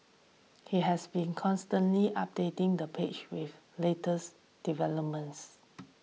he has been constantly updating the page with latest developments